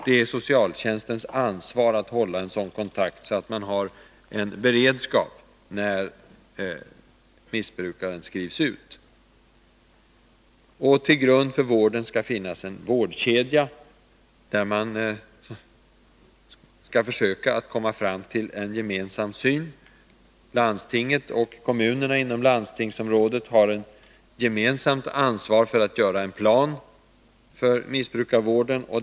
Det är socialtjänstens ansvar att hålla en sådan kontakt, så att man har beredskap när missbrukaren skrivs ut. Till grund för vården skall finnas en vårdkedja. Landstinget och kommunerna inom landstingsområdet har ett gemensamt ansvar för att göra en plan för missbrukarvården.